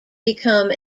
become